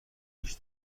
ریش